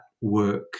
work